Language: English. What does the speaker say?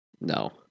No